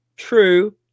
True